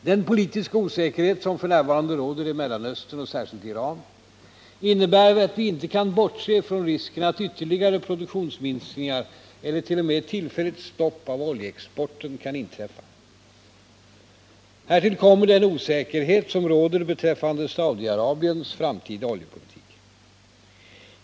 Den politiska osäkerhet som f. n. råder i Mellanöstern och särskilt i Iran innebär att vi inte kan bortse från risken att ytterligare produktionsminskningar eller t.o.m. tillfälligt stopp av oljeexporten kan inträffa. Härtill kommer den osäkerhet som råder beträffande Saudi-Arabiens framtida oljepolitik.